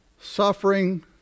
suffering